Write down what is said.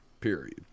Period